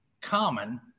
common